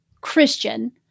Christian